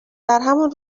درهمان